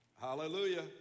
Hallelujah